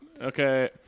okay